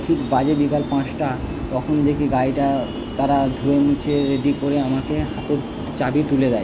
ঠিক বাজে বিকাল পাঁচটা তখন দেখি গাড়িটা তারা ধুয়ে মুছে রেডি করে আমাকে হাতে চাবি তুলে দেয়